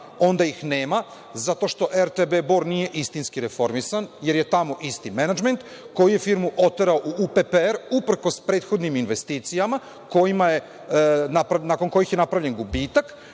onda ih nema, zato što RTB „Bor“ nije istinski reformisan, jer je tamo isti menadžment koji je firmu oterao u UPPR uprkos prethodnim investicijama nakon kojih je napravljen gubitak,